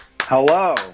Hello